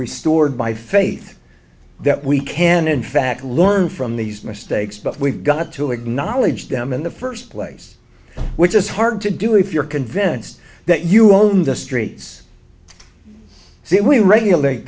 restored my faith that we can in fact learn from these mistakes but we've got to acknowledge them in the first place which is hard to do if you're convinced that you own the streets see it we regulate